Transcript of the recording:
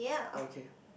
okay